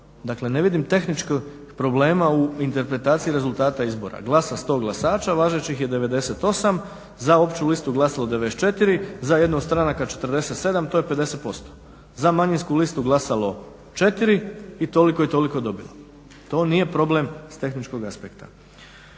Dakle, ne vidim tehničkih problema u interpretaciji rezultata izbora. Glasa 100 glasaća, važećih je 98, za opću listu glasalo 94, za jednu od stranaka 47, to je 50%. Za manjinsku listu glasalo 4 i toliko i toliko dobrih. To nije probleme s tehničkog aspekta.